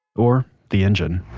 or the engine.